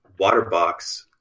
Waterbox